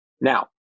Now